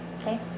Okay